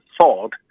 thought